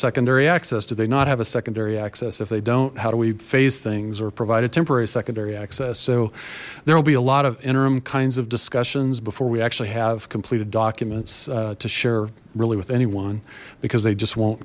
secondary access do they not have a secondary access if they don't how do we face things or provide a temporary secondary access so there will be a lot of interim kinds of discussions before we actually have completed documents to share really with anyone because they just won't